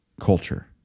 culture